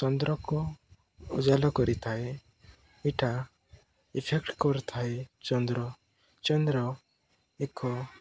ଚନ୍ଦ୍ରକୁ ଉଜାଲା କରିଥାଏ ଏଇଟା ଇଫେକ୍ଟ କରୁଥାଏ ଚନ୍ଦ୍ର ଚନ୍ଦ୍ର ଏକ